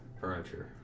furniture